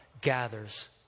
gathers